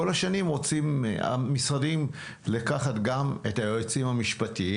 כל השנים המשרדים רוצים לקחת גם את היועצים המשפטיים